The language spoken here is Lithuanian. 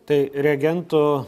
tai reagentų